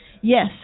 Yes